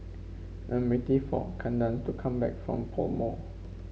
I'm waiting for Kandace to come back from PoMo